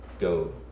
go